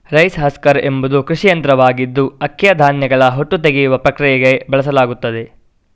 rice husker ಎಂಬುದು ಕೃಷಿ ಯಂತ್ರವಾಗಿದ್ದು ಅಕ್ಕಿಯ ಧಾನ್ಯಗಳ ಹೊಟ್ಟು ತೆಗೆದುಹಾಕುವ ಪ್ರಕ್ರಿಯೆಗೆ ಬಳಸಲಾಗುತ್ತದೆ